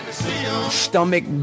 Stomach